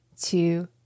two